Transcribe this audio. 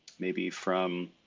maybe from